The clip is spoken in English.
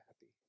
happy